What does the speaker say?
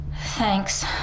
Thanks